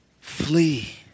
flee